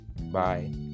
Bye